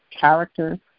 character